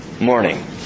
morning